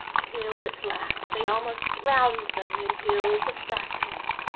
till at last they almost drowned them in hills of darkness.